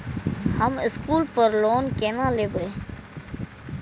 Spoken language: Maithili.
हम स्कूल पर लोन केना लैब?